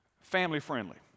family-friendly